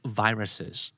viruses